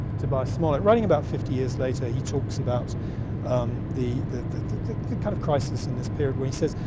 tobias smollett. writing about fifty years later, he talks about the the kind of crisis in this period, where he says,